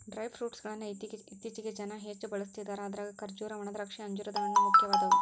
dry fruit ಗಳ್ಳನ್ನ ಇತ್ತೇಚಿಗೆ ಜನ ಹೆಚ್ಚ ಬಳಸ್ತಿದಾರ ಅದ್ರಾಗ ಖರ್ಜೂರ, ಒಣದ್ರಾಕ್ಷಿ, ಅಂಜೂರದ ಹಣ್ಣು, ಮುಖ್ಯವಾದವು